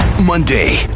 Monday